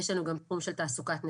ויש לנו גם תחום של תעסוקת נשים.